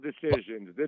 decisions